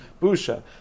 busha